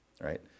right